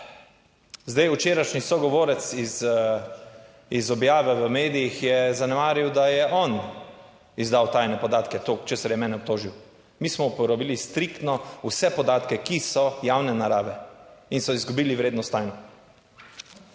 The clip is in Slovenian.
Zdaj, včerajšnji sogovorec iz objave v medijih je zanemaril, da je on izdal tajne podatke. To, česar je mene obtožil. Mi smo uporabili striktno vse podatke, ki so javne narave in so izgubili vrednost tajno.